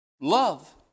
love